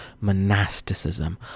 monasticism